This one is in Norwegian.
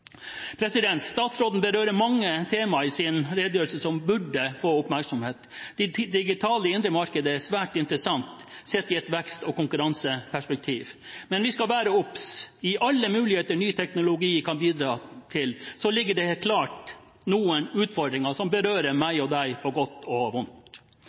Statsråden berører mange temaer i sin redegjørelse som burde få oppmerksomhet. Det digitale indre markedet er svært interessant sett i et vekst- og konkurranseperspektiv. Men vi skal være obs: I alle muligheter ny teknologi kan bidra til, ligger det klart noen utfordringer som berører meg og deg på godt og vondt,